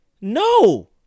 no